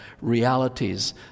realities